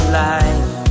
life